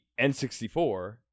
n64